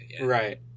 Right